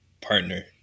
partner